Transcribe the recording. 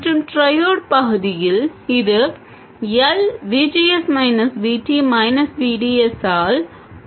மற்றும் ட்ரையோட் பகுதியில் இது L V G S minus V T minus V D S ஆல் mu n C ox W ஆகும்